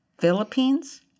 Philippines